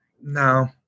no